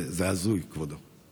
זה הזוי, כבודו.